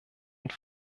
und